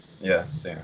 Yes